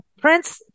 Prince